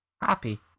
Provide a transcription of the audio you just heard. happy